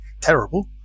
terrible